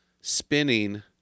spinning